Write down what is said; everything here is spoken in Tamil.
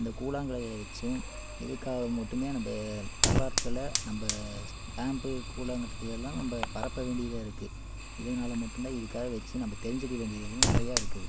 இந்த கூழாங்கற்கள் வச்சும் இதுக்காக மட்டுமே நம்ம வரலாற்றில் நம்ம ஸ்டாம்பு கூழாங்கற்களெல்லாம் நம்ம பரப்ப வேண்டியதாக இருக்குது இதனால மட்டுந்தான் இதுக்காக வச்சு நம்ம தெரிஞ்சிக்க வேண்டியது இன்னும் நிறைய இருக்குது